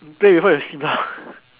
play with her and sleep ah